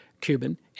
Cuban